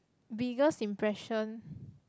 biggest impression